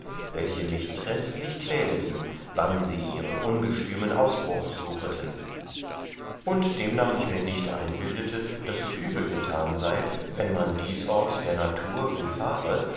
welche mich trefflich quäleten wann sie ihren ungestümen ausbruch sucheten und demnach ich mir nicht einbildete daß es übel getan sei wann man diesorts der natur willfahre